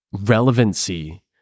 relevancy